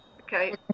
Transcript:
Okay